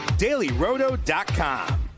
dailyroto.com